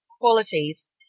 qualities